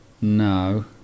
no